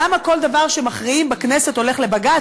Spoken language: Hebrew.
למה כל דבר שמכריעים בכנסת הולך לבג"ץ,